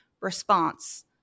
response